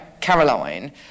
Caroline